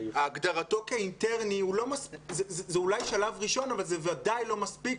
שהגדרתו כאינטרני זה אולי שלב ראשון אבל זה ודאי לא מספיק